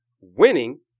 winning